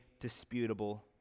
disputable